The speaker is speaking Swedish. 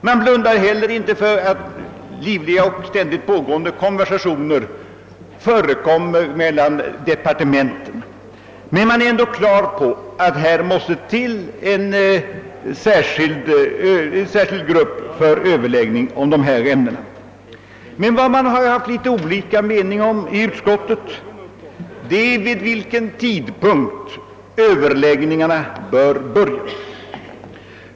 Man blundar inte heller för att det ständigt pågår livliga kontakter mellan departementen men är ändå klar över att det behövs en särskild grupp för överläggning om dessa ämnen. Däremot har olika uppfattningar förelegat inom utskottet beträffande vid vilken tidpunkt överläggningarna bör börja.